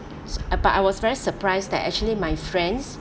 but I was very surprised that actually my friends